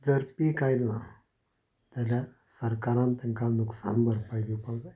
जर पीक आयलें ना जाल्यार सरकारान तांकां नुकसान भरपाय दिवपाक जाय